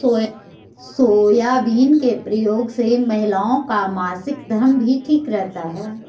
soybean के प्रयोग से महिलाओं का मासिक धर्म भी ठीक रहता है